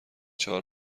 چهار